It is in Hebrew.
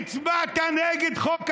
הצבעת נגד חוק האזרחות,